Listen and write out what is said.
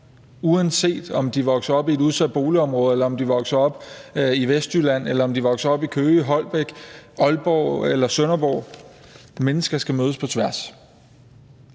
eller om de vokser op i Vestjylland, eller om de vokser op i Køge, Holbæk, Aalborg eller Sønderborg. Mennesker skal mødes på tværs.